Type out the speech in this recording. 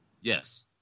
Yes